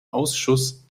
ausschuss